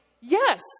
Yes